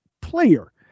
player